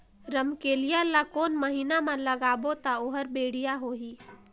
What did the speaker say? रमकेलिया ला कोन महीना मा लगाबो ता ओहार बेडिया होही?